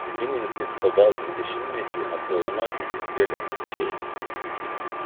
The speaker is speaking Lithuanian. minint infobalt dvidešimtmetį apdovanoti it vėliavnešiai